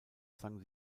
sang